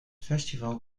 festival